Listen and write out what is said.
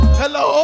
hello